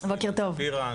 שמי אילן שפירא,